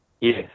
Yes